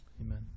Amen